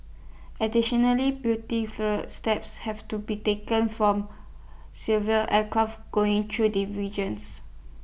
additionally beauty through steps have to be taken from aircraft going through the regions